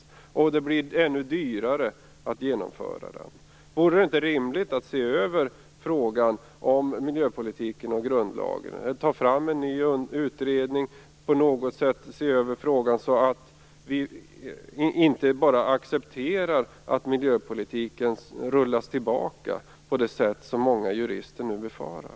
Vore det inte rimligt att i en ny utredning se över frågan om miljöpolitiken och grundlagen i stället för att bara acceptera att miljöpolitiken rullas tillbaka på det sätt som många jurister nu befarar?